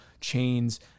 chains-